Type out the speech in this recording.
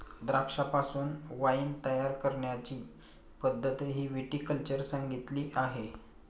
द्राक्षांपासून वाइन तयार करण्याची पद्धतही विटी कल्चर सांगितली आहे